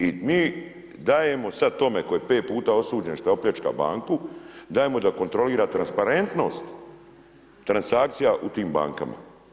I mi dajemo sad tome koji je 5 puta osuđen što je opljačkao banku, dajemo da kontrolira transparentnost transakcija u tim bankama.